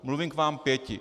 Mluvím k vám pěti.